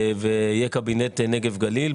יהיה קבינט נגב גליל.